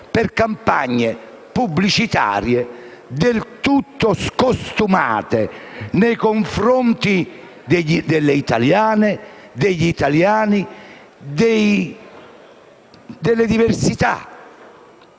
per campagne pubblicitarie del tutto scostumate nei confronti delle italiane, degli italiani